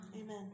Amen